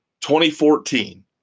2014